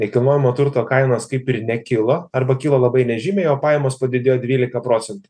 nekilnojamo turto kainos kaip ir nekilo arba kilo labai nežymiai o pajamos padidėjo dvylika procentų